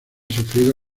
sufrido